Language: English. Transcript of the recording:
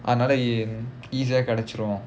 அது நாலா:athu naala easy ah கிடைச்சிடும்:kidaichidum